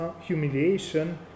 humiliation